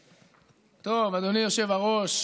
זוהר,